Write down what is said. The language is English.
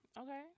Okay